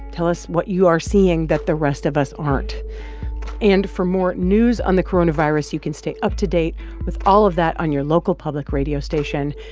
tell us what you are seeing that the rest of us aren't and for more news on the coronavirus, you can stay up to date with all of that on your local public radio station.